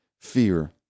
fear